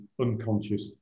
unconscious